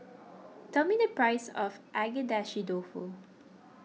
tell me the price of Agedashi Dofu